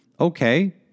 okay